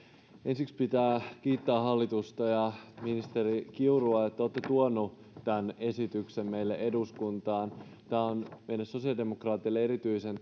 ensiksi pitää kiittää hallitusta ja ministeri kiurua että te olette tuoneet tämän esityksen meille eduskuntaan tämä on meille sosiaalidemokraateille erityisen